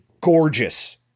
gorgeous